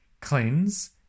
cleanse